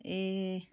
ए